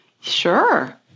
Sure